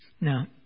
Now